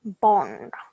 Bond